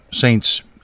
Saints